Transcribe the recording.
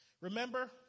Remember